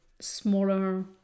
smaller